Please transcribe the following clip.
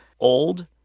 old